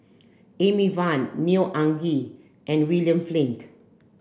Amy Van Neo Anngee and William Flint